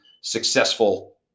successful